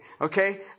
Okay